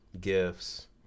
gifts